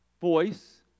voice